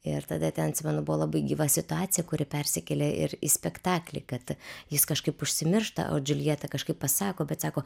ir tada ten atsimenu buvo labai gyva situacija kuri persikėlė ir į spektaklį kad jis kažkaip užsimiršta o džiuljeta kažkaip pasako bet sako